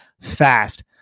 fast